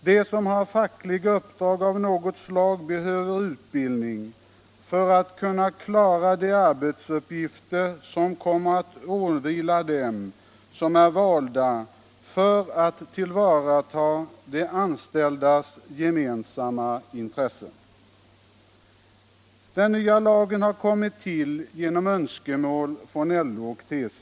De som har fackliga uppdrag av något slag behöver utbildning för att kunna klara sina uppgifter att tillvarataga de anställdas gemensamma intressen. Den nya lagen har tillkommit genom önskemål från LO och TCO.